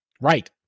Right